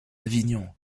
avignon